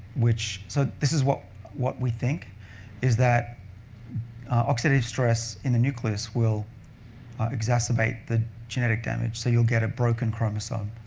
so this is what what we think is that oxidative stress in the nucleus will exacerbate the genetic damage, so you'll get a broken chromosome.